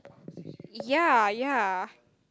ya ya